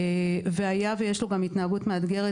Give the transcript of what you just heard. היה ויש לו גם התנהגות מאתגרת,